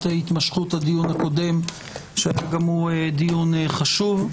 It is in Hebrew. התמשכות הדיון הקודם שהיה גם הוא דיון חשוב.